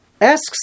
Asks